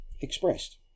expressed